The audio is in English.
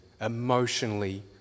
emotionally